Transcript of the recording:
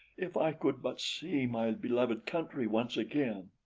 if i could but see my beloved country once again!